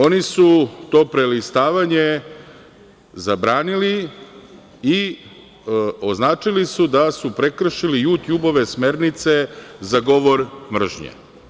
Oni su to prelistavanje zabranili i označili su da su prekršili „Jutjubove“ smernice za govor mržnje.